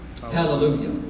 Hallelujah